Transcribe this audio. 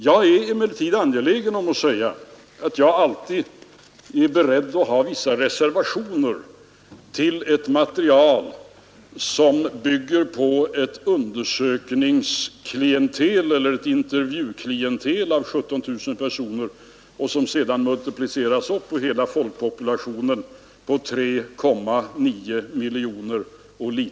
Jag är emellertid angelägen om att säga att jag alltid är beredd att ha vissa reservationer till ett material som bygger på ett intervjuklientel av 17 000 personer, vilket sedan multipliceras upp till att gälla för hela den ifrågavarande populationen på litet över 3,9 miljoner människor.